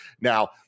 Now